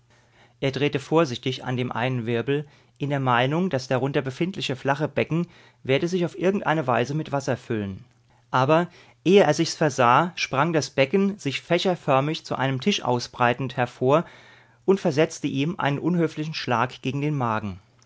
er drehte vorsichtig an dem einen wirbel in der meinung das darunter befindliche flache becken werde sich auf irgendeine weise mit wasser füllen aber ehe er sich's versah sprang das becken sich fächerförmig zu einem tisch ausbreitend hervor und versetzte ihm einen unhöflichen schlag gegen den magen